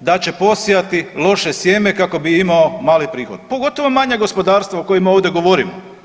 da će posijati loše sjeme kako bi imao mali prihod pogotovo manja gospodarstva o kojima ovdje govorimo.